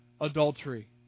adultery